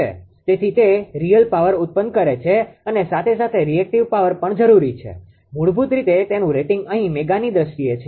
તેથી તે રીઅલ પાવરreal powerવાસ્તવિક પાવર ઉત્પન્ન કરે છે અને સાથે સાથે રીએક્ટીવ પાવરreactive powerપ્રતીક્રીયાશીલ પાવર પણ જરૂરી છે મૂળભૂત રીતે તેનું રેટિંગ અહીં મેગાની દ્રષ્ટિએ છે